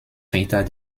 ritter